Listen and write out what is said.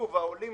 העולים